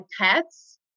pets